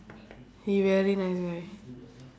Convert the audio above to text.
he very nice guy